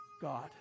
God